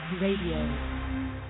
Radio